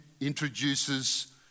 introduces